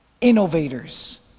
innovators